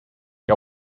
que